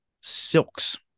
silks